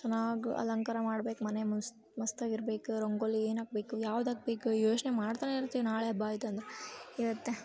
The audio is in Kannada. ಚೆನ್ನಾಗಿ ಅಲಂಕಾರ ಮಾಡ್ಬೇಕು ಮನೆ ಮಸ್ತ್ ಮಸ್ತಾಗಿರ್ಬೇಕು ರಂಗೋಲಿ ಏನು ಹಾಕ್ಬೇಕು ಯಾವ್ದು ಹಾಕ್ಬೇಕ ಯೋಚನೆ ಮಾಡ್ತಲೇ ಇರ್ತೀವಿ ನಾಳೆ ಹಬ್ಬ ಆಯ್ತಂದ್ರೆ ಇವತ್ತೇ